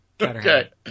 Okay